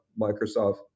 Microsoft